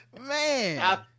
Man